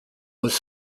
was